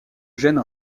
gène